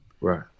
Right